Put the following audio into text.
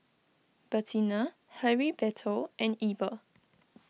Bertina Heriberto and Eber